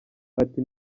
ati